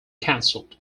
cancelled